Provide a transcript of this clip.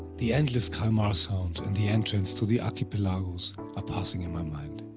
the endless kalmar sound and the entrance to the archipelagos are passing in my mind.